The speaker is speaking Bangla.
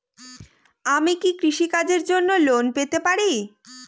আমি কি কৃষি কাজের জন্য লোন পেতে পারি?